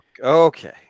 Okay